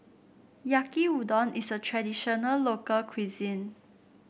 Yaki Udon is a traditional local cuisine